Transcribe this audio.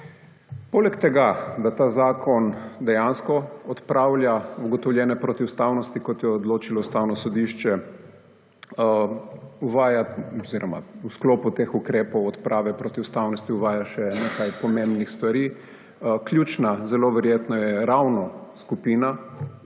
Poleg tega da ta zakon dejansko odpravlja ugotovljene protiustavnosti, kot je odločilo Ustavno sodišče, v sklopu teh ukrepov odprave protiustavnosti uvaja še nekaj pomembnih stvari. Ključna, zelo verjetno je ravno skupina,